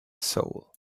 soul